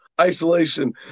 isolation